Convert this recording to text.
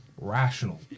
rational